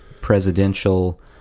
presidential